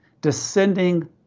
descending